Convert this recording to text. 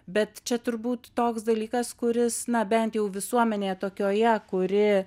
bet čia turbūt toks dalykas kuris na bent jau visuomenėje tokioje kuri